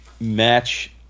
match